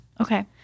Okay